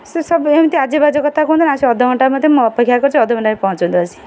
ସେସବୁ ଏମିତି ଆଜେବାଜେ କଥା କୁହନ୍ତୁନି ଆସି ଅଧଘଣ୍ଟା ମଧ୍ୟରେ ଅପେକ୍ଷା କରୁଛି ଅଧଘଣ୍ଟାରେ ପହଞ୍ଚନ୍ତୁ ଆସି